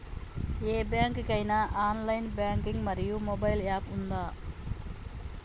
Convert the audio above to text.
ఏ bank కి ఐనా online banking మరియు మొబైల్ యాప్ ఉందా?